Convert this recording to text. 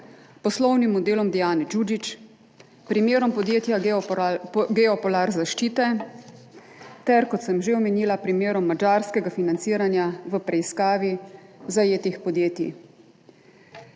poslovni model Dijane Đuđić, primer podjetja Geopolar Zaščite ter, kot sem že omenila, primer madžarskega financiranja v preiskavi zajetih podjetij.